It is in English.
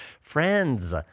Friends